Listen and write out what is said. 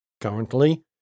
Currently